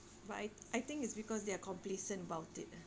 but I I think it's because they are complacent about it ah